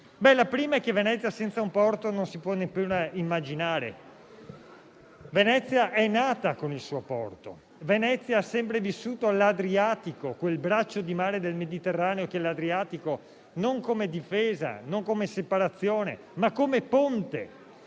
La prima è che Venezia senza un porto non si può neppure immaginare. Venezia è nata con il suo porto; Venezia ha sempre vissuto l'Adriatico, quel braccio di mare del Mediterraneo, non come difesa o come separazione, ma come ponte